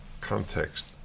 Context